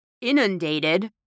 inundated